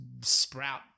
sprout